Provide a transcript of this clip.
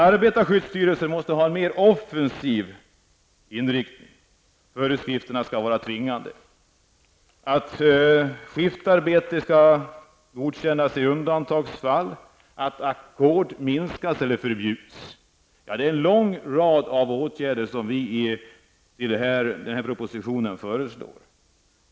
Arbetarskyddsstyrelsen måste ha en mera offensiv inriktning. Föreskrifterna skall vara tvingande. Skiftarbete skall endast godkännas i undantagsfall. Ackord skall minskas eller förbjudas. Det är en lång rad av åtgärder som vi föreslår.